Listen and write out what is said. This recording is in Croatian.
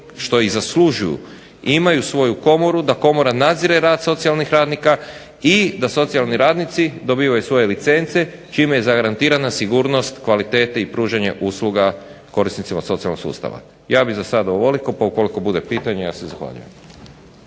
što i zaslužuju i imaju svoju komoru, da komora nadzire rad socijalnih radnika i da socijalni radnici dobivaju svoje licence čime je zagarantirana sigurnost kvalitete i pružanje usluga korisnicima socijalnog sustava. Ja bih sada ovoliko, ukoliko bude pitanja, ja se zahvaljujem.